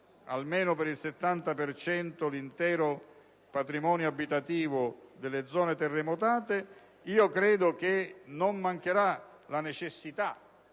almeno per il 70 per cento l'intero patrimonio abitativo delle zone terremotate, credo che non mancherà la necessità